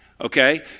Okay